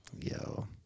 Yo